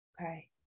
Okay